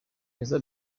kizza